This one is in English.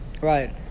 Right